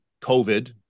covid